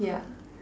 ya